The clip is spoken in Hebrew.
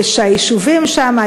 ושהיישובים שם,